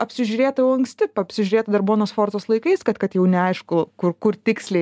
apsižiūrėta jau anksti apsižiūrėta dar bonos sforcos laikais kad kad jau neaišku kur kur tiksliai